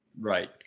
right